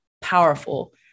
powerful